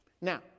Now